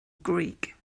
greek